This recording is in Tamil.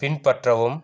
பின்பற்றவும்